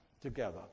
together